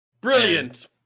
brilliant